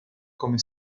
come